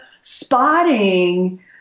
spotting